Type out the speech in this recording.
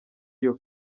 iyo